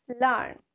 learn